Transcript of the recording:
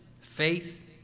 faith